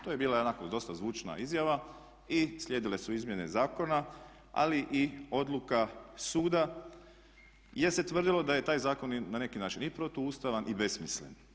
To je bila onako dosta zvučna izjava i slijedile su izmjene zakona ali i odluka suda jer se tvrdilo da je taj zakon na neki način i protuustavan i besmislen.